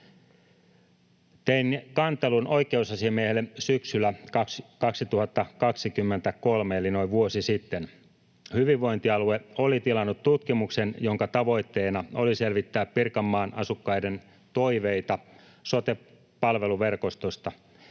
Tein kantelun oikeusasiamiehelle syksyllä 2023 eli noin vuosi sitten. Hyvinvointialue oli tilannut tutkimuksen, jonka tavoitteena oli selvittää Pirkanmaan asukkaiden toiveita sote-palveluverkostosta.